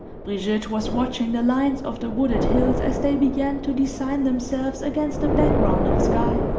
brigitte was watching the lines of the wooded hills as they began to design themselves against the background of sky.